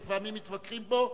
שלפעמים מתווכחים פה.